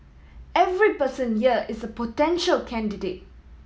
every person here is a potential candidate